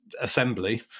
assembly